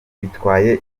bitwaye